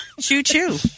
Choo-choo